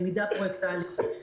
ללמידה פרויקטלית.